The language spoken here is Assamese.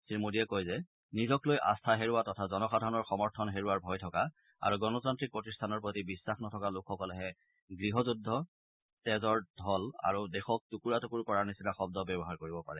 শ্ৰীমোডীয়ে কয় যে নিজক লৈ আস্থা হেৰুওৱা তথা জনসাধাৰণৰ সমৰ্থন হেৰুওৱাৰ ভয় থকা আৰু গণতান্ত্ৰিক প্ৰতিষ্ঠানৰ প্ৰতি বিশ্বাস নথকা লোকসকলেহে গৃহ যুদ্ধ তেজৰ ঢল আৰু দেশক টুকুৰা টুকুৰ কৰাৰ নিচিনা শব্দ ব্যৱহাৰ কৰিব পাৰে